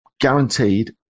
guaranteed